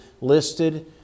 listed